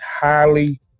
highly